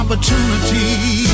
Opportunity